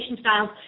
styles